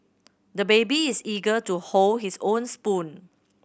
the baby is eager to hold his own spoon